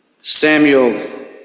Samuel